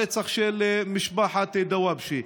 הרצח של משפחת דוואבשה.